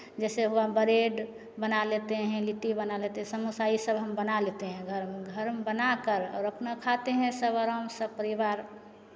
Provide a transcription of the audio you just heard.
जैसे हुआ ब्रेड बना लेते हैं लिट्टी बना लेते हैं समोसा ये सब हम बना लेते हैं घर में घर में बना कर और अपना खाते हैं सब आराम से सपरिवार